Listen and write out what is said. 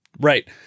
Right